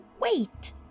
wait